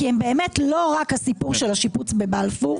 כי הן באמת לא רק הסיפור של השיפוץ בבלפור,